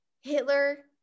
Hitler